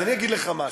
אז אני אגיד לך משהו.